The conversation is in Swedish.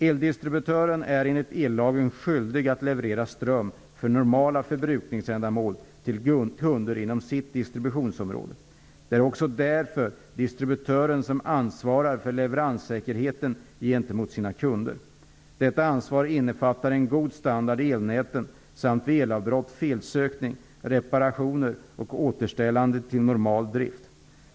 Eldistributören är enligt ellagen skyldig att leverera ström för normala förbrukningsändamål till kunder inom sitt distributionsområde. Det är därför också distributören som ansvarar för leveranssäkerheten gentemot sina kunder. Detta ansvar innefattar en god standard i elnäten samt vid elavbrott felsökning, reparationer och återställande till normal drift.